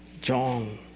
John